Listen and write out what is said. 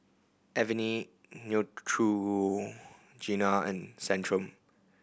Avene Neutrogena and Centrum